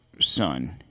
son